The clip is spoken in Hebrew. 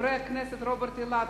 חברי הכנסת רוברט אילטוב,